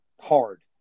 hard